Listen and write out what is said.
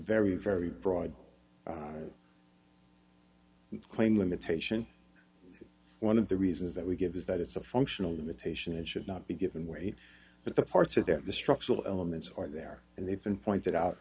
very very broad claim limitation one of the reasons that we give is that it's a functional limitation and should not be given way but the parts are there the structural elements are there and they've been pointed out